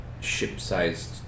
ship-sized